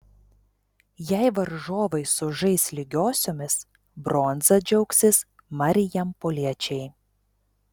jei varžovai sužais lygiosiomis bronza džiaugsis marijampoliečiai